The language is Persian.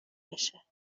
بشه